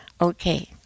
okay